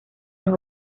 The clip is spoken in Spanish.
los